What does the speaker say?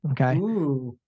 Okay